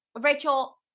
Rachel